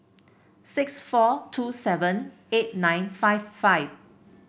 six four two seven eight nine five five